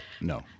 No